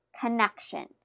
connection